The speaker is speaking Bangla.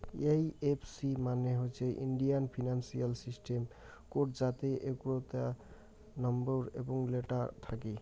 এই এফ সি মানে হইসে ইন্ডিয়ান ফিনান্সিয়াল সিস্টেম কোড যাতে এগারোতা নম্বর এবং লেটার থাকি